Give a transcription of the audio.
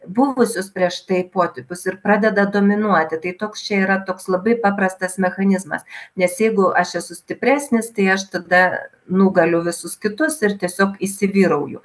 buvusius prieš tai potipius ir pradeda dominuoti tai toks čia yra toks labai paprastas mechanizmas nes jeigu aš esu stipresnis tai aš tada nugaliu visus kitus ir tiesiog įsivyrauju